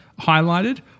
highlighted